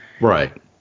Right